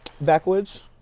Backwoods